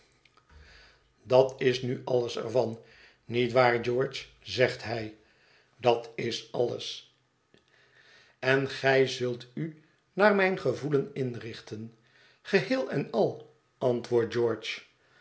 dat is nu alles er van niet waar george zegt hij dat is alles en gij zult u naar mijn gevoelen inrichten geheel en al antwoordt george